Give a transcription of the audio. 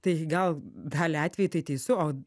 tai gal daliai atvejų tai teisu o